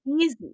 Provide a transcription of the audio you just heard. easy